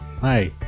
hi